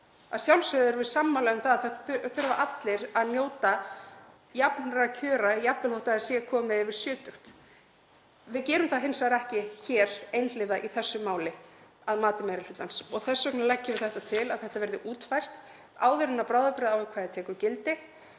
Að sjálfsögðu erum við sammála um að allir þurfi að njóta jafnra kjara, jafnvel þótt fólk sé komið yfir sjötugt. Við gerum það hins vegar ekki hér einhliða í þessu máli að mati meiri hlutans og þess vegna leggjum við til að þetta verði útfært áður en bráðabirgðaákvæðið tekur gildi